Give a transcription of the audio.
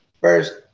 First